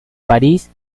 parís